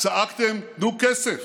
צעקתם: תנו כסף,